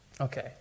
Okay